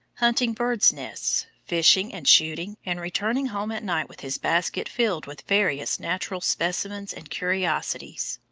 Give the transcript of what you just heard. hunting birds' nests, fishing and shooting and returning home at night with his basket filled with various natural specimens and curiosities.